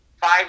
five